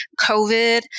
COVID